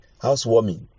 housewarming